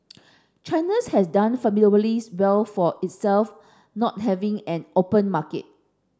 China's has done fabulously well for itself not having an open market